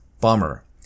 Bummer